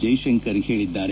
ಜೈಶಂಕರ್ ಹೇಳಿದ್ದಾರೆ